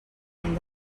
any